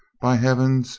by heaven,